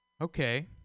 Okay